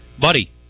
Buddy